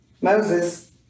Moses